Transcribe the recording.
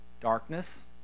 Darkness